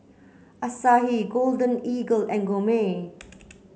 Asahi Golden Eagle and Gourmet